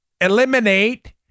eliminate